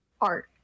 art